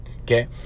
okay